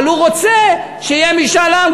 אבל הוא רוצה שיהיה משאל עם,